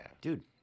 dude